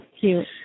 cute